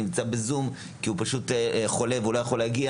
נמצא בזום כי הוא פשוט והוא לא יכול להגיע